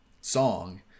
song